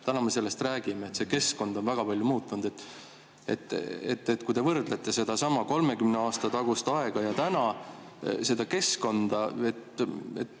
Täna me sellest räägime, see keskkond on väga palju muutunud. Kui te võrdlete sedasama 30 aasta tagust aega ja tänast keskkonda,